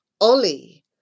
Ollie